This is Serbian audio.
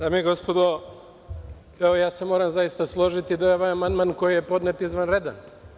Dame i gospodo, ja se moram zaista složiti da je amandman koji je podnet izvanredan.